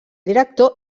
director